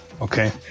Okay